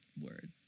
Word